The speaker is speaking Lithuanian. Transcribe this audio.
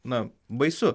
na baisu